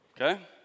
Okay